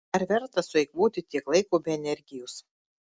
ar verta sueikvoti tiek laiko bei energijos